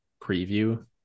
preview